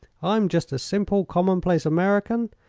i'm just a simple, common-place american,